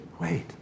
wait